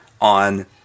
on